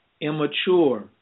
immature